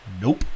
Nope